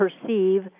perceive